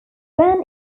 then